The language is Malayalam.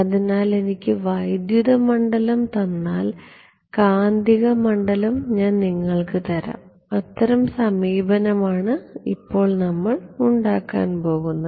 അതിനാൽ എനിക്ക് വൈദ്യുത മണ്ഡലം തന്നാൽ കാന്തിക മണ്ഡലം ഞാൻ നിങ്ങൾക്ക് തരാം അത്തരം സമീപനമാണ് ഇപ്പോൾ ഉണ്ടാക്കാൻ പോകുന്നത്